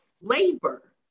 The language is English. labor